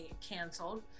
canceled